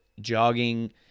jogging